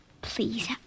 Please